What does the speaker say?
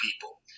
people